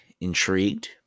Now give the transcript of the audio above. intrigued